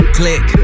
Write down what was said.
click